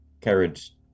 carriage